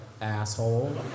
Asshole